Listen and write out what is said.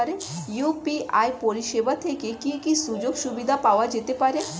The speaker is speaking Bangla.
ইউ.পি.আই পরিষেবা থেকে কি কি সুযোগ সুবিধা পাওয়া যেতে পারে?